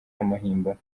y’amahimbano